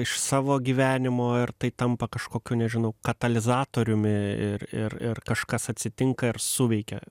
iš savo gyvenimo ir tai tampa kažkokiu nežinau katalizatoriumi ir ir ir kažkas atsitinka ir suveikia